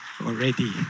already